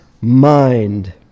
mind